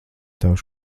tavs